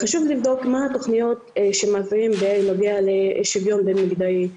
חשוב לבדוק מה התוכניות שמעבירים בנוגע לשוויון בין מגדרי,